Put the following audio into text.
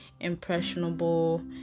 impressionable